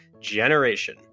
Generation